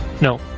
No